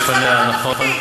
אנחנו מדברים על התסכול.